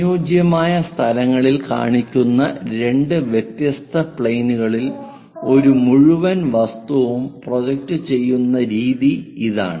അനുയോജ്യമായ സ്ഥലങ്ങളിൽ കാണിക്കുന്ന രണ്ട് വ്യത്യസ്ത പ്ലെയിനുകളിൽ ഒരു മുഴുവൻ വസ്തുവും പ്രൊജക്റ്റ് ചെയ്യുന്ന രീതി ഇതാണ്